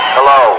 Hello